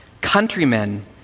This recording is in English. Countrymen